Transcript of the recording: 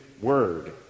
word